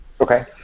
Okay